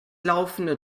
laufende